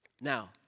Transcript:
Now